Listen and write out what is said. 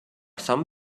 some